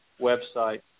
website